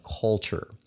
culture